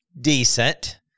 decent